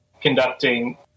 conducting